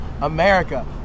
America